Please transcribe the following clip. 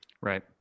Right